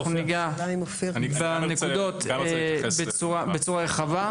אנחנו ניגע בנקודות בצורה רחבה.